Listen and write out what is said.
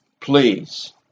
Please